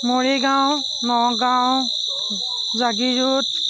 Morigaon Nagaon Jagiroad